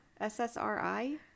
ssri